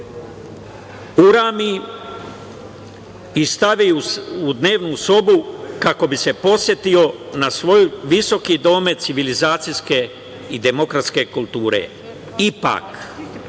urami i stavi u dnevnu sobu kako bi se podsetio na svoj visoki domet civilizacijske i demokratske kulture. Ipak,